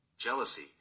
jealousy